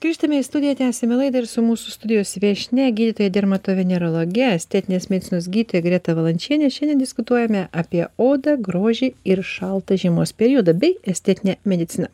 grįžtame į studiją tęsiame laidą ir su mūsų studijos viešnia gydytoja dermatovenerologe estetinės medicinos gydytoja greta valančiene šiandien diskutuojame apie odą grožį ir šaltą žiemos periodą bei estetinę mediciną